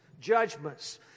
judgments